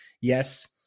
Yes